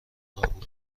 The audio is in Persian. قبول